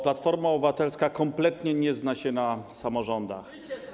Platforma Obywatelska kompletnie nie zna się na samorządach.